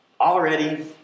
already